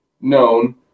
known